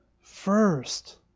first